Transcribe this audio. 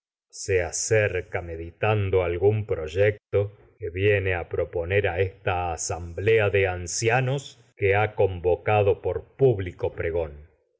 sq acerca a algún de que viene proponer por esta asamblea ancianos que ha convocado público pregón